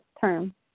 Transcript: term